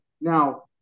Now